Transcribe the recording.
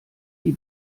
die